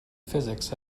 physics